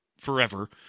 forever